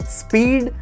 speed